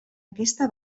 aquesta